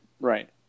right